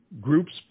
Groups